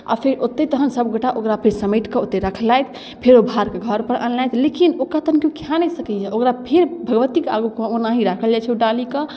आओर फेर ओतऽ तहन सबगोटा ओकरा समेटिकऽ ओहितर राखलथि फेर भार घरपर अनलथि लेकिन ओकरा केओ खा नहि सकैए ई भगवतीके आगू ओनाहिए राखल जाइ छै डालीके